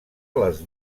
les